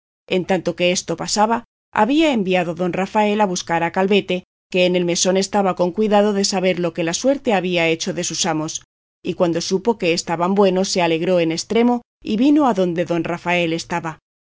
en tanto que esto pasaba había enviado don rafael a buscar a calvete que en el mesón estaba con cuidado de saber lo que la suerte había hecho de sus amos y cuando supo que estaban buenos se alegró en estremo y vino adonde don rafael estaba